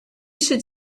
should